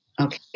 Okay